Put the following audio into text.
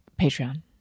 Patreon